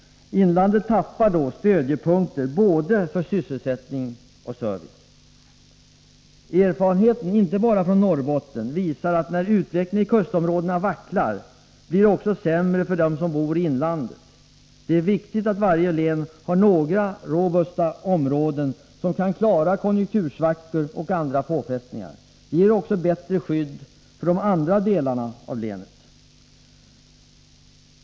Inlandet tappar då stödjepunkter både för sysselsättning och för service. Erfarenheten — inte bara från Norrbotten — visar att när utvecklingen i kustområdena vacklar blir det också sämre för dem som bor i inlandet. Det är viktigt för varje län att ha några robusta områden, som kan klara konjunktursvackor och andra påfrestningar. Detta ger också bättre skydd för andra delar av länet.